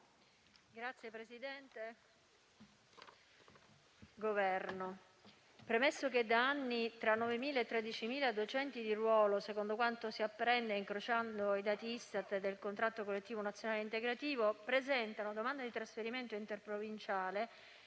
dell'istruzione* - Premesso che: da anni tra 9.000 e 13.000 docenti di ruolo, secondo quanto si apprende incrociando i dati ISTAT e del contratto collettivo nazionale integrativo, presentano domanda di trasferimento interprovinciale,